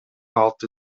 алты